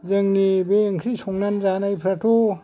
जोंनि बे ओंख्रि संनानै जानायफ्राथ'